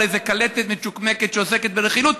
איזה קלטת מצ'וקמקת שעוסקת ברכילות,